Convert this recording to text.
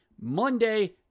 Monday